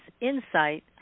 Insight